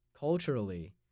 Culturally